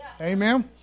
Amen